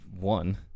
one